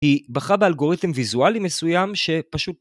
היא בחה באלגוריתם ויזואלי מסוים שפשוט...